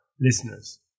listeners